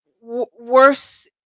worse